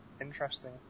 interesting